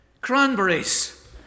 cranberries